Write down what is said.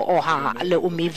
הפוליטי או הלאומי.